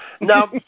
Now